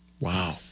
Wow